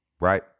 Right